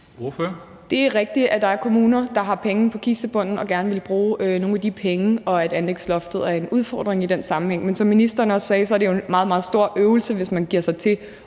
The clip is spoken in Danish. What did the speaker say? Det er rigtigt, at der er kommuner, der har penge på kistebunden, og som gerne vil bruge nogle af de penge, og at anlægsloftet er en udfordring i den sammenhæng. Men som ministeren også sagde, er det jo en meget, meget stor øvelse, hvis man begynder at